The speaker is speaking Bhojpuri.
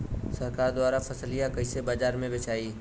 सरकार द्वारा फसलिया कईसे बाजार में बेचाई?